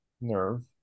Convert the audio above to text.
nerve